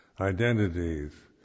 identities